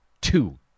two